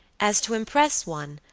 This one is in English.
as to impress one,